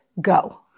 go